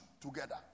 together